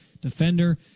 defender